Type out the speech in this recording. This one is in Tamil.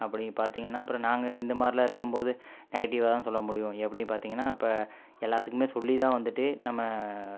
அப்போ நீங்கள் பார்த்தீங்கன்னா அப்புறம் நாங்கள் இந்த மாதிரிலாம் இருக்கும்போது நெகட்டிவ்வாக தான் சொல்ல முடியும் எப்படின் பார்த்தீங்கன்னா இப்போ எல்லாத்துக்குமே சொல்லி தான் வந்துட்டு நம்ம